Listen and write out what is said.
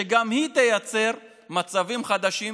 שגם היא תייצר מצבים חדשים